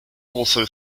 also